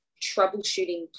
troubleshooting